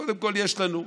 קודם כול, יש לנו,